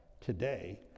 today